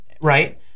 right